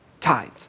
tithes